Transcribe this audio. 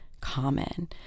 common